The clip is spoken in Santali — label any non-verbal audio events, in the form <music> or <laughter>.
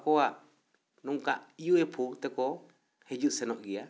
ᱟᱠᱚᱣᱟᱜ ᱱᱚᱝᱠᱟ ᱭᱩ ᱣᱮ ᱯᱚ <unintelligible> ᱛᱮᱠᱚ ᱦᱤᱡᱩᱜ ᱥᱮᱱᱚᱜ ᱜᱮᱭᱟ